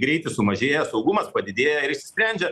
greitis sumažėja saugumas padidėja ir išsisprendžia